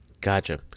Gotcha